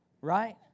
Right